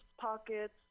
pockets